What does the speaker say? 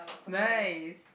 nice